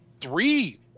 three